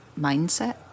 mindset